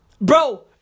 Bro